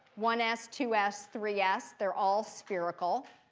one s, two s, three s, they're all spherical.